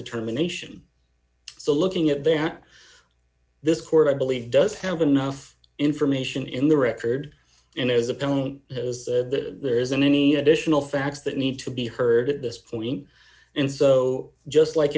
determination so looking at that this court i believe does have enough information in the record and his opponent has the there isn't any additional facts that need to be heard at this point and so just like